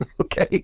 okay